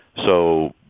so,